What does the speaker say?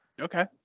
Okay